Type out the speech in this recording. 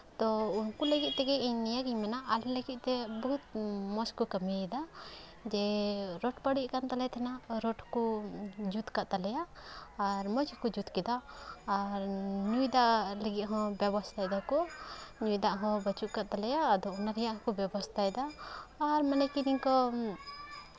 ᱛᱳ ᱩᱱᱠᱩ ᱟᱹᱜᱤᱫ ᱛᱮᱜᱮ ᱤᱧ ᱱᱤᱭᱟᱹᱜᱤᱧ ᱢᱮᱱᱟ ᱟᱞᱮ ᱞᱟᱹᱜᱤᱫ ᱛᱮ ᱵᱩᱦᱩᱫ ᱢᱚᱡᱽ ᱠᱚ ᱠᱟᱹᱢᱤᱭᱮᱫᱟ ᱡᱮ ᱨᱳᱰ ᱵᱟᱹᱲᱤᱡ ᱟᱠᱟᱱ ᱛᱟᱞᱮ ᱛᱟᱦᱮᱸᱱᱟ ᱨᱳᱰ ᱠᱚ ᱡᱩᱛ ᱟᱠᱟᱫ ᱛᱟᱞᱮᱭᱟ ᱟᱨ ᱢᱚᱡᱽ ᱦᱚᱸᱠᱚ ᱡᱩᱛ ᱠᱮᱫᱟ ᱟᱨ ᱧᱩᱭ ᱫᱟᱜ ᱞᱟᱹᱜᱤᱫ ᱦᱚᱸ ᱵᱮᱵᱚᱥᱛᱷᱟ ᱫᱚᱠᱚ ᱧᱩᱭ ᱫᱟᱜ ᱦᱚᱸ ᱵᱟᱹᱱᱩᱜ ᱟᱠᱟᱫ ᱛᱟᱞᱮᱭᱟ ᱟᱫᱚ ᱚᱱᱟ ᱨᱮᱭᱟᱜ ᱦᱚᱠᱚ ᱵᱮᱵᱚᱥᱛᱷᱟᱭᱮᱫᱟ ᱟᱨ ᱢᱟᱱᱮ ᱠᱤᱨᱤᱧ ᱠᱚ